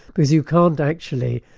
because you can't actually,